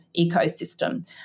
ecosystem